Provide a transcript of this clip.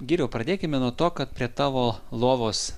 giriau pradėkime nuo to kad prie tavo lovos